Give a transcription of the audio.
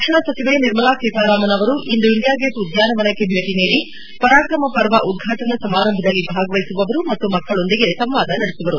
ರಕ್ಷಣಾ ಸಚಿವೆ ನಿರ್ಮಲಾ ಸೀತಾರಾಮನ್ ಅವರು ಇಂದು ಇಂಡಿಯಾಗೇಟ್ ಉದ್ಯಾನವನಕ್ಕೆ ಭೇಟಿ ನೀಡಿ ಪರಾಕ್ರಮ ಪರ್ವ ಉದ್ವಾಟನಾ ಸಮಾರಂಭದಲ್ಲಿ ಭಾಗವಹಿಸಿ ಮಕ್ಕ ಳೊಂದಿಗೆ ಸಂವಾದ ನಡೆಸುವರು